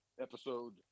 episode